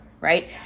Right